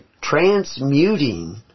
transmuting